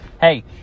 hey